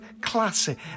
classic